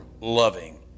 loving